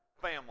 family